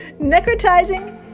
necrotizing